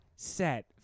Set